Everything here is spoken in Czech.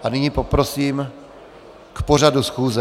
A nyní poprosím k pořadu schůze.